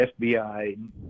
FBI